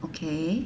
okay